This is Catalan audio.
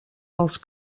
els